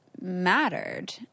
mattered